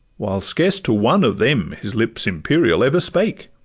while scarce to one of them his lips imperial ever spake!